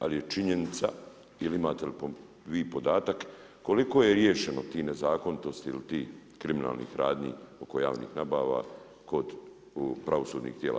Ali je činjenica, ili imate li vi podatak, koliko je riješeno tih nezakonitosti ili tih kriminalni radnji oko javnih nabava kod pravosudnih tijela.